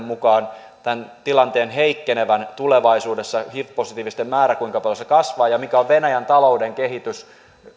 mukaan tämän tilanteen heikkenevän tulevaisuudessa kuinka paljon hiv positiivisten määrä kasvaa ja mikä on venäjän talouden kehitys